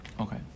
Okay